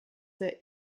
der